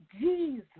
Jesus